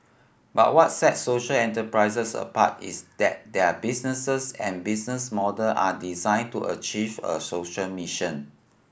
but what sets social enterprises apart is that their businesses and business model are designed to achieve a social mission